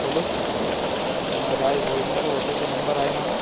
hello Raj Bhojanalay हॉटेलचा number आहे ना हा